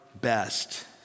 best